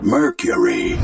mercury